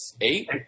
eight